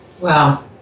Wow